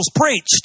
preached